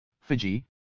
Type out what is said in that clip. Fiji